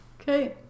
Okay